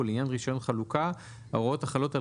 ולעניין רישיון חלוקה ההוראות החלות על